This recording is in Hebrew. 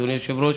אדוני היושב-ראש: